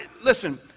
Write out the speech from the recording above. Listen